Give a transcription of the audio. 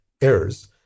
errors